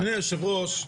אדוני היושב-ראש,